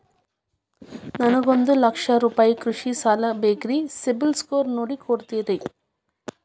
ನನಗೊಂದ ಲಕ್ಷ ರೂಪಾಯಿ ಕೃಷಿ ಸಾಲ ಬೇಕ್ರಿ ಸಿಬಿಲ್ ಸ್ಕೋರ್ ನೋಡಿ ಕೊಡ್ತೇರಿ?